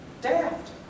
daft